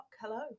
Hello